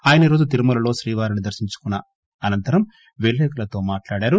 ఆయనీరోజు తిరుమలలో శ్రీవారిని దర్పించుకున్న అనంతరం విలేకరౌలతో మాట్లాడారు